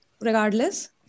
regardless